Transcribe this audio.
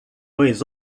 dois